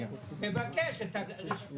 תבקש את הרשימה,